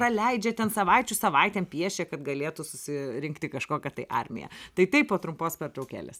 praleidžia ten savaičių savaitėm piešia kad galėtų susirinkti kažkokią tai armiją tai taip po trumpos pertraukėlės